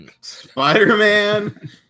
spider-man